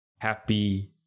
happy